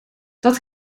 dat